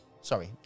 Sorry